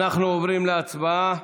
אנחנו עוברים להצבעה